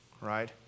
right